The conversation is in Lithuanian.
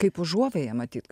kaip užuovėją matyt